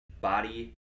body